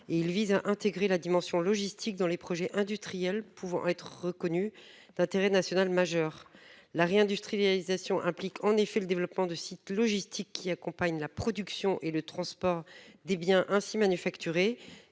et il vise à intégrer la dimension logistique dans les projets industriels pouvant être reconnue d'intérêt national majeur la réindustrialisation implique en effet le développement de sites logistiques qui accompagnent la production et le transport des biens ainsi manufacturés.